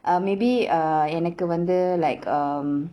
err maybe err எனக்கு வந்து:enakku vanthu like um